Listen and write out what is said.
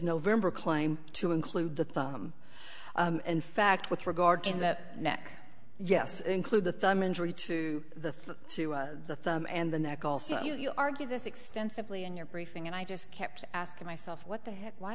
november claim to include the thumb in fact with regard to that neck yes include the thumb injury to the through to the thumb and the neck also you argue this extensively in your briefing and i just kept asking myself what the heck why